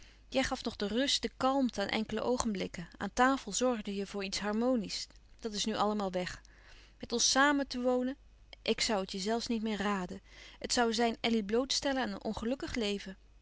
jij gaf nog de rust de kalmte aan enkele oogenblikken aan tafel zorgde je voor iets harmoniesch dat is nu allemaal weg met ons samen te wonen ik zoû het je zelfs niet meer raden het zoû zijn elly blootstellen aan een ongelukkig leven